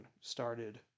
started